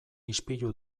ispilu